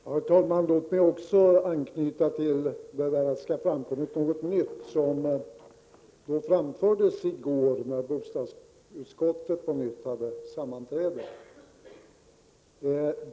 Herr talman! Jag vill också anknyta till detta med att det skulle ha framkommit någonting nytt, vilket framfördes i går när bostadsutskottet återigen hade sammanträde.